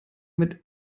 mit